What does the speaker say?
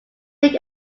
make